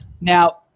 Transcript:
Now